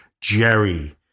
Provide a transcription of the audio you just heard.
Jerry